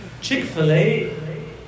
Chick-fil-A